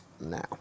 now